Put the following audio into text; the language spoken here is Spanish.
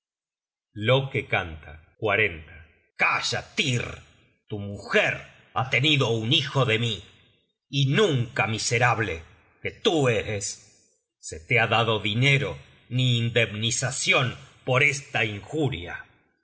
loke canta calla tyr tu mujer ha tenido un hijo de mí y nunca miserable que tú eres te se ha dado dinero ni indemnizacion por esta injuria